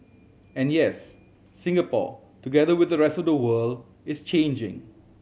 and yes Singapore together with the rest of the world is changing